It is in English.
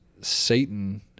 Satan